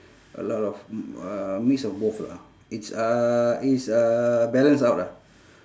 a lot of m~ uh mix of both lah it's uh it's uh balance out ah